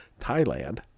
Thailand